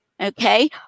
Okay